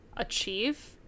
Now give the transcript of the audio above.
Achieve